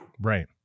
right